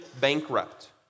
bankrupt